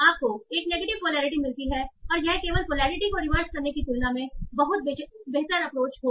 आपको एक negative polarity मिलती है और यह केवल पोलैरिटी को रिवर्स करने की तुलना में बहुत बेहतर अप्रोच होगी